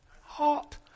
Hot